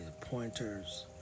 pointers